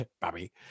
Bobby